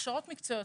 בהכשרות מקצועיות,